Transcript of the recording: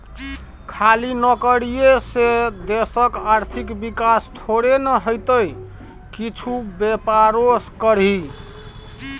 खाली नौकरीये से देशक आर्थिक विकास थोड़े न हेतै किछु बेपारो करही